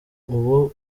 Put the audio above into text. ubu